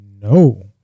No